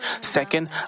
second